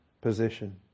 position